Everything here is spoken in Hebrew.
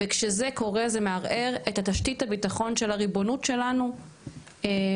וכשזה קורה זה מערער את תשתית הביטחון של הריבונות שלנו בבסיס,